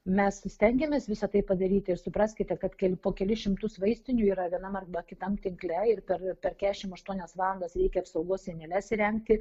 mes stengiamės visa tai padaryti ir supraskite kad kai po kelis šimtus vaistinių yra vienam arba kitam tinkle ir per per kešim aštuonias valandas reikia apsaugos sieneles įrengti